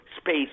space